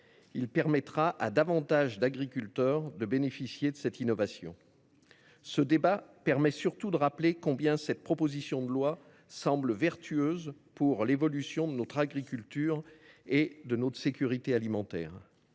Il permettra à davantage d’agriculteurs de bénéficier de cette innovation. Ce débat permet surtout de rappeler à quel point cette proposition de loi semble vertueuse pour l’évolution de notre agriculture et de notre sécurité alimentaire.